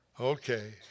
Okay